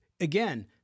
again